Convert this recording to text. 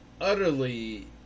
utterly